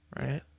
right